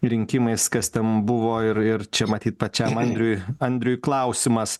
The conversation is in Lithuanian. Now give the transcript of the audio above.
rinkimais kas ten buvo ir ir čia matyt pačiam andriui andriui klausimas